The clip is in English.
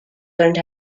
learned